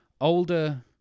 older